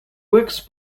works